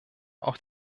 auch